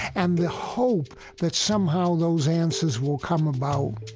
and the hope that somehow those answers will come about